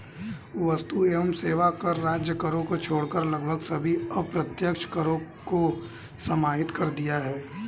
वस्तु एवं सेवा कर राज्य करों को छोड़कर लगभग सभी अप्रत्यक्ष करों को समाहित कर दिया है